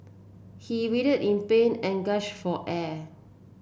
he writhed in pain and gasp for air